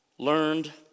Learned